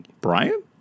Brian